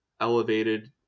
elevated